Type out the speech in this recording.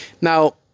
now